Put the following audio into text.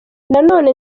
nanone